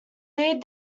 dyson